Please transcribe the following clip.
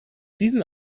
diesen